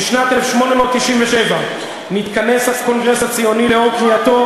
בשנת 1897 התכנס הקונגרס הציוני לאור קריאתו